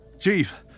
Chief